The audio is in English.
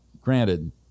granted